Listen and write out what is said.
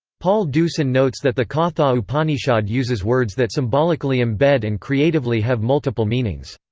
paul deussen notes that the katha upanishad uses words that symbolically embed and creatively have multiple meanings.